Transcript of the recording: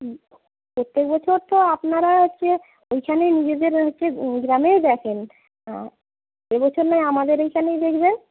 প্রত্যেক বছর তো আপনারা হচ্ছে ওইখানে নিজেদের হচ্ছে গ্রামেই দেখেন এবছর নাহয় আমাদেরই এইখানেই দেখবেন